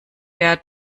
der